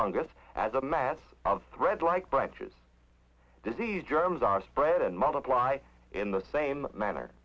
fungus as a mass of thread like branches disease germs are spread and multiply in the same manner